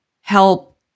help